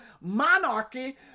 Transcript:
monarchy